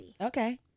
Okay